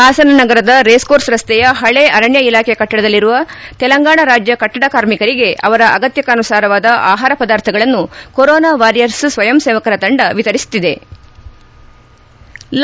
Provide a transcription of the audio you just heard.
ಹಾಸನ ನಗರದ race course ರಸ್ತೆಯ ಹಳೇ ಅರಣ್ಣ ಅಲಾಖೆ ಕಟ್ಟಡದಲ್ಲಿರುವ ತೆಲಂಗಾಣ ರಾಜ್ಯ ಕಟ್ಟಡ ಕಾರ್ಮಿಕರಿಗೆ ಅವರ ಅಗತ್ಯಕ್ಷನುಸಾರವಾದ ಅಹಾರ ಪದಾರ್ಥಗಳನ್ನು ಕೊರೋನಾ ವಾರಿಯರ್ಸ್ ಸ್ವಯಂ ಸೇವಕರ ತಂಡ ವಿತರಿಸಿತು